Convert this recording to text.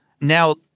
Now